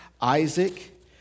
Isaac